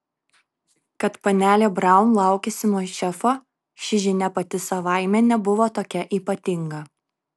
kad panelė braun laukiasi nuo šefo ši žinia pati savaime nebuvo tokia ypatinga